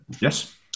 Yes